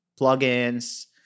plugins